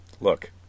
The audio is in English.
look